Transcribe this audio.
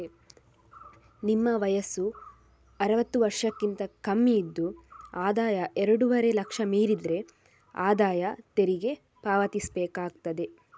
ನಿಮ್ಮ ವಯಸ್ಸು ಅರುವತ್ತು ವರ್ಷಕ್ಕಿಂತ ಕಮ್ಮಿ ಇದ್ದು ಆದಾಯ ಎರಡೂವರೆ ಲಕ್ಷ ಮೀರಿದ್ರೆ ಆದಾಯ ತೆರಿಗೆ ಪಾವತಿಸ್ಬೇಕಾಗ್ತದೆ